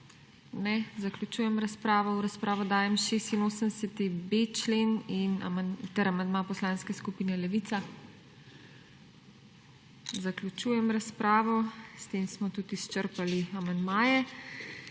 (Ne.) Zaključujem razpravo. V razpravo dajem 86.b člen ter amandma Poslanske skupine Levica. Zaključujem razpravo. S tem smo tudi izčrpali amandmaje.